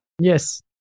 Yes